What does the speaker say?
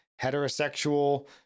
heterosexual